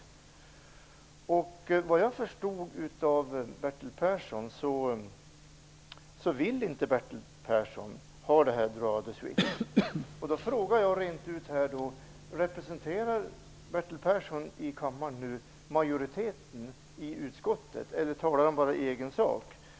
Såvitt jag förstår vill Bertil Persson inte ha någon ''droit de suite''. Jag vill rent ut fråga Bertil Persson om han då representerar majoriteten i utskottet eller om han bara talar i egen sak.